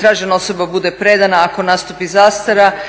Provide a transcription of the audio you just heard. tražena osoba bude predana ako nastupi zastara.